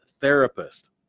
therapist